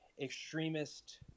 extremist